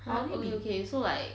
okay okay so like